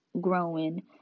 growing